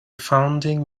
founding